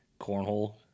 cornhole